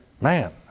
man